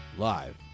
Live